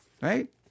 Right